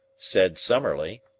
said summerlee.